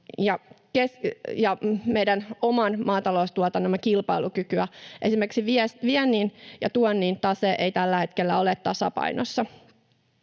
ja meidän oman maataloustuotantomme kilpailukykyä. Esimerkiksi viennin ja tuonnin tase ei tällä hetkellä ole tasapainossa.